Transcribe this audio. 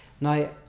Now